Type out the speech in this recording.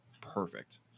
perfect